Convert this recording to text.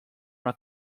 una